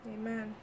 Amen